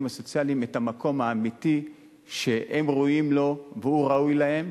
הסוציאליים את המקום האמיתי שהם ראויים לו והוא ראוי להם,